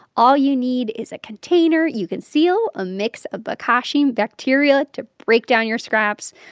all you need is a container you can seal, a mix of bokashi bacteria to break down your scraps.